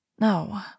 No